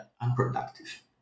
unproductive